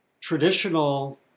traditional